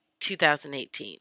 2018